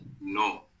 No